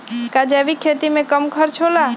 का जैविक खेती में कम खर्च होला?